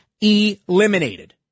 Eliminated